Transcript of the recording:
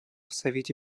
совете